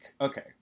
Okay